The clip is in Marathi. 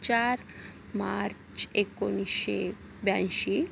चार मार्च एकोणीसशे ब्याऐंशी